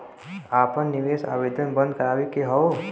आपन निवेश आवेदन बन्द करावे के हौ?